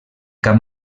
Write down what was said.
cap